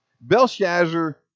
Belshazzar